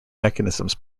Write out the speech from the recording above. mechanisms